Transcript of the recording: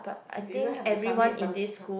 even have to submit